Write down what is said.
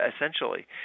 essentially